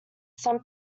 some